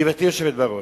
גברתי היושבת בראש,